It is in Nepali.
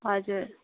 हजुर